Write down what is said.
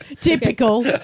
Typical